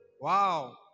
Wow